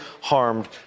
harmed